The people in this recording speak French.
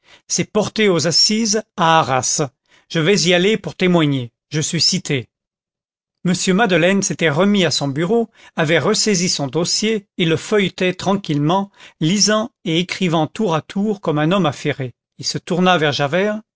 c'est porté aux assises à arras je vais y aller pour témoigner je suis cité m madeleine s'était remis à son bureau avait ressaisi son dossier et le feuilletait tranquillement lisant et écrivant tour à tour comme un homme affairé il se tourna vers javert